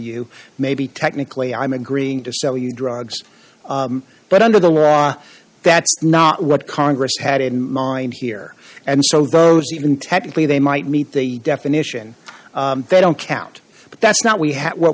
you maybe technically i'm agreeing to sell you drugs but under the raw that's not what congress had in mind here and so those even technically they might meet the definition they don't count but that's not we ha